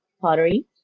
pottery